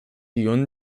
and